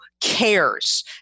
cares